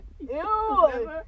Ew